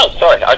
sorry